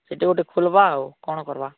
ସେଠି ଗୋଟେ ଖୋଲ୍ବା ଆଉ କ'ଣ କରିବା